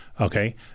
Okay